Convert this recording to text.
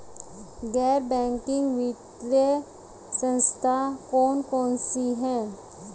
गैर बैंकिंग वित्तीय संस्था कौन कौन सी हैं?